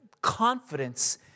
confidence